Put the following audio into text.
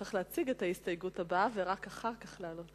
צריך להציג את ההסתייגות הבאה ורק אחר כך לעלות.